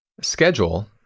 schedule